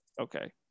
okay